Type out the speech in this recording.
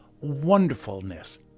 wonderfulness